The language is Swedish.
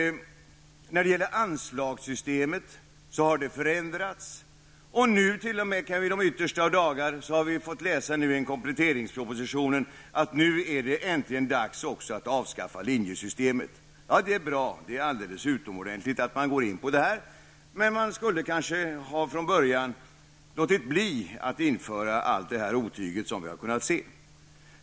Anslagssystemet har förändrats, och nu t.o.m. i de yttersta av dagar har vi i kompletteringspropositionen fått läsa att det äntligen är dags att avskaffa linjesystemet. Det är bra och alldeles utomordenligt att man gör detta, men man skulle kanske från början ha låtit bli att införa allt detta otyg vi har kunnat se.